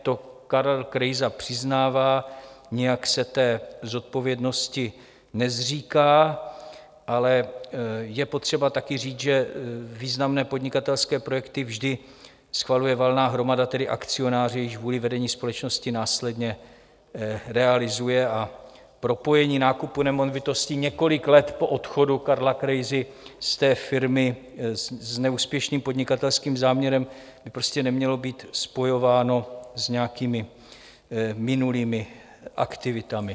To Karel Krejza přiznává, nijak se té zodpovědnosti nezříká, ale je potřeba taky říct, že významné podnikatelské projekty vždy schvaluje valná hromada, tedy akcionáři, jejichž vůli vedení společnosti následně realizuje, a propojení nákupu nemovitostí několik let po odchodu Karla Krejzy z té firmy s neúspěšným podnikatelským záměrem by prostě nemělo být spojováno s nějakými minulými aktivitami.